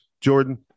jordan